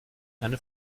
keine